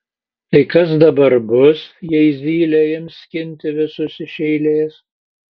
tai kas dabar bus jei zylė ims skinti visus iš eilės